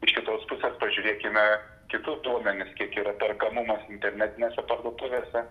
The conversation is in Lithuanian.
iš kitos pusės pažiūrėkime kitus duomenis kiek yra perkamumas internetinėse parduotuvėse